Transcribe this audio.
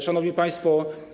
Szanowni Państwo!